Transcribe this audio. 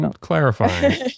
clarifying